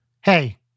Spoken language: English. hey